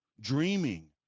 dreaming